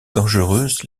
dangereuse